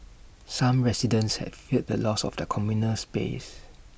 some residents had feared the loss of their communal space